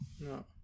No